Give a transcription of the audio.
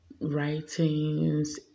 writings